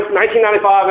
1995